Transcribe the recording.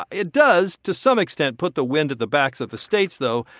it does, to some extent, put the wind at the backs of the states though,